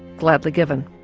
gladly given,